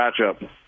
matchup